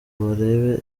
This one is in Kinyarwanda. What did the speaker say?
barebe